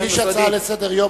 תגיש הצעה לסדר-היום,